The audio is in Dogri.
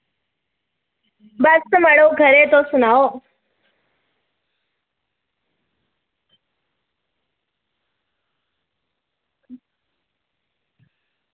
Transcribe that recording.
बस मड़ो खरे तुस सनाओ